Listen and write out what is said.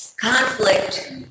conflict